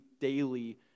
daily